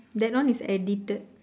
that one is edited